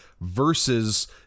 versus